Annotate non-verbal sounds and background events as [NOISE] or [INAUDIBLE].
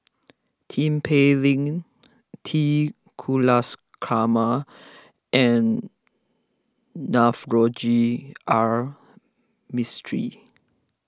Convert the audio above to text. Tin Pei Ling T [UNINTELLIGIBLE] and Navroji R Mistri